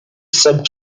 sub